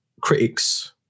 critics